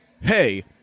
hey